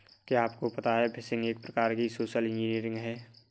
क्या आपको पता है फ़िशिंग एक प्रकार की सोशल इंजीनियरिंग है?